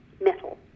metal